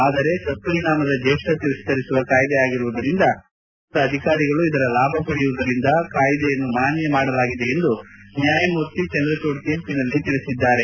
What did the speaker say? ಆದರೆ ತತ್ವರಿಣಾಮದ ಜೇಷ್ಣತೆ ವಿಸ್ತರಿಸುವ ಕಾಯ್ದೆ ಆಗಿರುವುದರಿಂದ ಕೇವಲ ಉನ್ನತ ಮಟ್ಲದ ಅಧಿಕಾರಿಗಳು ಇದರ ಲಾಭ ಪಡೆಯುವುದರಿಂದ ಕಾಯ್ದೆಯನ್ನು ಮಾನ್ನ ಮಾಡಲಾಗಿದೆ ಎಂದು ನ್ನಾಯಮೂರ್ತಿ ಚಂದ್ರಚೂಡ್ ತೀರ್ಪಿನಲ್ಲಿ ತಿಳಿಸಿದ್ದಾರೆ